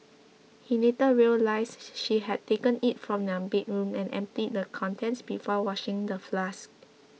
he later realised she had taken it from their bedroom and emptied the contents before washing the flask